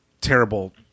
terrible